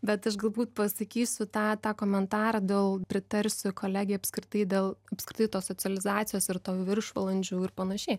bet aš galbūt pasakysiu tą tą komentarą dėl pritarsiu kolegei apskritai dėl apskritai tos socializacijos ir to viršvalandžių ir panašiai